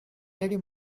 led